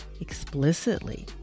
explicitly